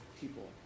people